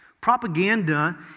Propaganda